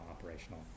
operational